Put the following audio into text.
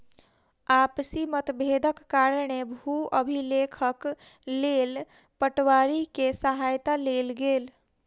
आपसी मतभेदक कारणेँ भू अभिलेखक लेल पटवारी के सहायता लेल गेल